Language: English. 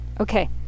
Okay